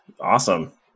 Awesome